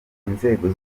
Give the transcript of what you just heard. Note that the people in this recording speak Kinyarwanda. inzego